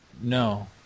No